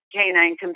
Canine